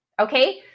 Okay